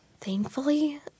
Thankfully